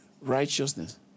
Righteousness